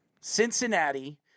Cincinnati